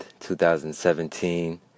2017